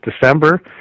December